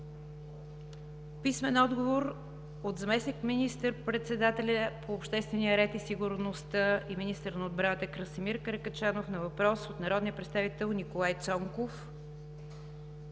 Любомир Бонев; - заместник-министър председателя по обществения ред и сигурността и министър на отбраната Красимир Каракачанов на въпрос от народния представител Николай Цонков;